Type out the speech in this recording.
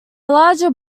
larger